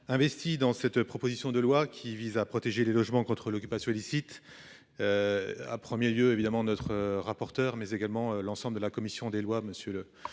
Investis dans cette proposition de loi qui vise à protéger les logements contre l'occupation illicite. Ah 1er lieu évidemment notre rapporteur mais également l'ensemble de la commission des lois. Monsieur le